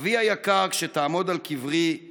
// אבי היקר, כשתעמוד על קברי /